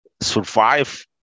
survive